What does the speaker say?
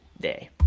day